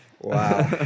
Wow